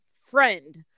friend